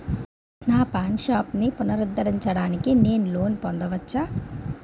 నా పాన్ షాప్ని పునరుద్ధరించడానికి నేను లోన్ పొందవచ్చా?